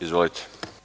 Izvolite.